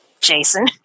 Jason